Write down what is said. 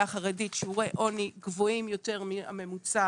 החרדית שיעורי עוני גבוהים יותר מהממוצע